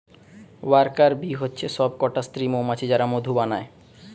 worker bee হচ্ছে সব কটা স্ত্রী মৌমাছি যারা মধু বানায়